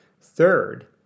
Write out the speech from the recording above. Third